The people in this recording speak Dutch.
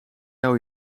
jouw